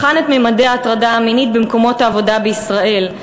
בחן את ממדי ההטרדה המינית במקומות העבודה בישראל.